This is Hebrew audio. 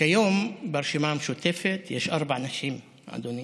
כיום ברשימה המשותפת יש ארבע נשים, אדוני.